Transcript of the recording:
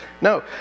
No